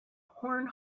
horn